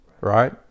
right